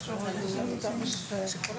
ננעלה בשעה